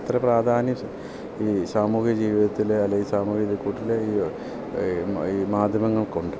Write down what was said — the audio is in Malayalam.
അത്ര പ്രാധാന്യം സ് ഈ സാമൂഹിക ജീവിതത്തിൽ അല്ലെങ്കിൽ സാമൂഹിക വിപ്ലവത്തിൽ ഈ ഈ മാധ്യമങ്ങൾക്ക് ഉണ്ട്